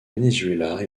venezuela